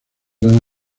gran